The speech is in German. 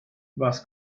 was